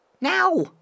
Now